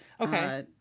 Okay